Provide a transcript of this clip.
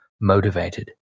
motivated